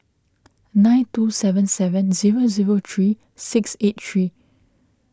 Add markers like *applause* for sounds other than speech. *noise* nine two seven seven zero zero three six eight three